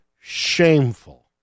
shameful